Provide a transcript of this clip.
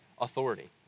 authority